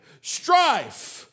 Strife